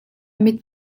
mit